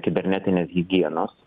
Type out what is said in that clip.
kibernetinės higienos